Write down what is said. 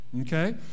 Okay